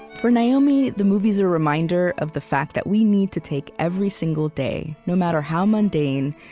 for naomi, the movie's a reminder of the fact that we need to take every single day, no matter how mundane,